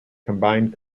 combined